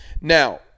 Now